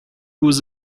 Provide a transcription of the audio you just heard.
was